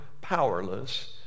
powerless